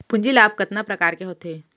पूंजी लाभ कतना प्रकार के होथे?